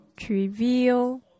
trivial